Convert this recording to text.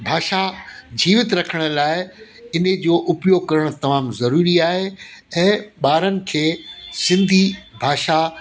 भाषा जीवित रखण लाइ इन जो उप्योग करणु तमामु ज़रूरी आहे ऐं ॿारनि खे सिंधी भाषा